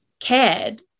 cared